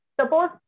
suppose